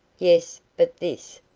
yes, but this,